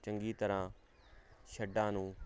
ਚੰਗੀ ਤਰ੍ਹਾਂ ਸ਼ੈਡਾਂ ਨੂੰ